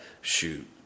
Shoot